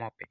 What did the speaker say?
mɔpi.